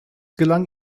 gelang